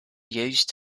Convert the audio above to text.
used